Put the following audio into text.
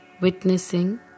witnessing